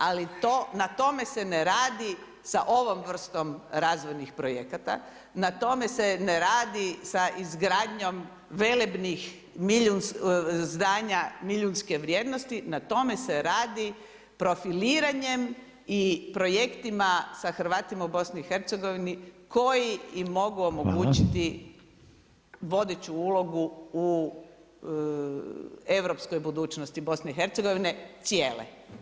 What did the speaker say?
Ali to, na tome se ne radi, sa ovom vrstom razvojnim projekata, na tome se ne radi sa izgradnjom velebnih zdanja milijunske vrijednosti, na tome se radi profiliranjem i projektima sa Hrvatima u BIH koji im mogu omogućiti vodeću ulogu u europskoj budućnosti BiH-a cijele.